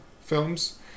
films